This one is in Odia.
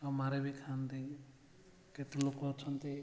ଆ ମାରେ ବି ଖାଆନ୍ତି କେତେ ଲୋକ ଅଛନ୍ତି